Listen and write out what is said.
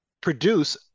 produce